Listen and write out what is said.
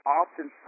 often